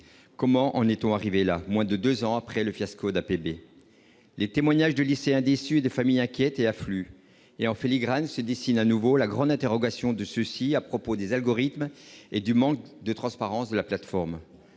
Comment en est-on arrivé là, moins de deux ans après le fiasco d'Admission post-bac, APB ? Les témoignages de lycéens déçus et de familles inquiètes affluent. En filigrane se dessine de nouveau la grande interrogation à propos des algorithmes et du manque de transparence de la plateforme.